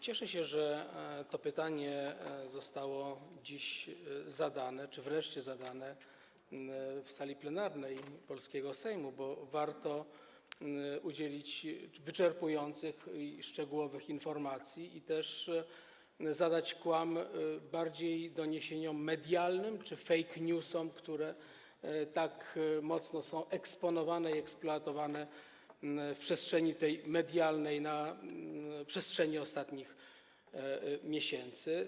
Cieszę się, że to pytanie zostało dziś zadane czy wreszcie zadane w sali plenarnej polskiego Sejmu, bo warto udzielić w tym zakresie wyczerpujących i szczegółowych informacji i też zadać kłam bardziej doniesieniom medialnym czy fake newsom, które tak mocno są eksponowane i eksploatowane w przestrzeni medialnej na przestrzeni ostatnich miesięcy.